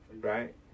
Right